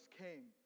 came